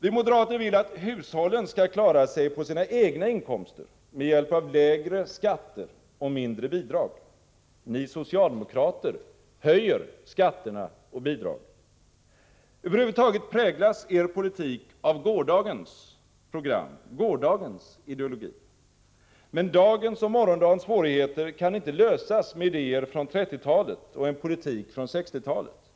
Vi moderater vill att hushållen skall klara sig på sina egna inkomster med hjälp av lägre skatter och mindre bidrag. Ni socialdemokrater höjer skatterna och bidragen. Över huvud taget präglas er politik av gårdagens program, gårdagens ideologi. Men dagens och morgondagens svårigheter kan inte lösas med idéer från 1930-talet och en politik från 1960-talet.